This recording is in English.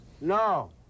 No